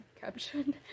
caption